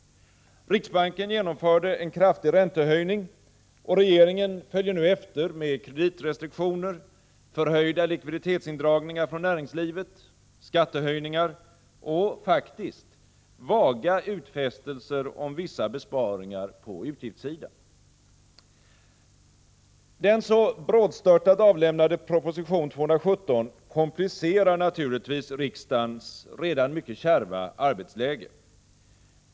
Riksbanken genomförde en kraftig räntehöjning, och regeringen följer nu efter med kreditrestriktioner, förhöjda likviditetsindragningar från näringslivet, skattehöjningar och — faktiskt — vaga utfästelser om vissa besparingar på utgiftssidan. Den så brådstörtat avlämnade proposition 217 komplicerar naturligtvis riksdagens redan mycket kärva arbetsläge.